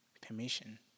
permission